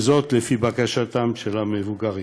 וזאת לפי בקשתם של המבוגרים.